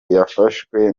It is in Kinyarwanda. yafashijwe